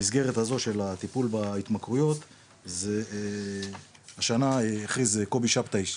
במסגרת הזו של הטיפול בהתמכרויות זה השנה הכריז קובי שבתאי,